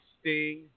Sting